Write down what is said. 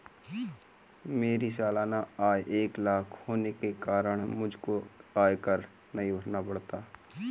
मेरी सालाना आय एक लाख होने के कारण मुझको आयकर नहीं भरना पड़ता